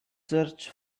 search